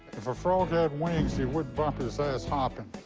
if a frog had wings, he wouldn't bump his ass hopping.